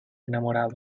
enamorado